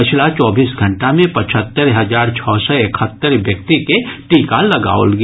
पछिला चौबीस घंटा मे पचहत्तरि हजार छओ सय एकहत्तरि व्यक्ति के टीका लगाओल गेल